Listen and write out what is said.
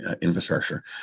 infrastructure